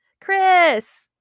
chris